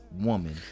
woman